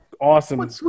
awesome